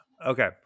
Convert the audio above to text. Okay